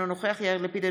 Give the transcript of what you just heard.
אינו נוכח יאיר לפיד,